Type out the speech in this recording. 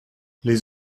les